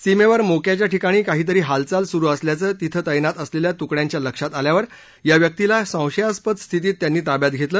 सीमेवर मोक्याच्या ठिकाणी काहीतरी हालचाल सुरू असल्याचं तिथं तैनात असलेल्या तुकड्यांच्या लक्षात आल्यावर या व्यक्तीला संशयास्पद स्थितीत त्यांनी ताब्यात घेतलं